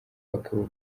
bakaba